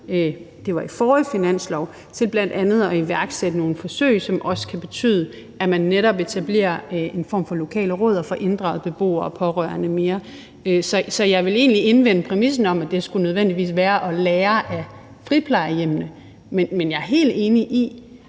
det var i den forrige finanslov – til bl.a. at iværksætte nogle forsøg, som også kan betyde, at man netop etablerer en form for lokale råd og får inddraget beboerne og de pårørende mere. Så jeg vil egentlig gøre indvendinger imod præmissen om, at det skulle være nødvendigt at lære af friplejehjemmene. Men jeg er helt enig i,